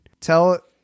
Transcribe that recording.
tell